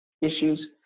issues